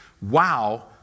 wow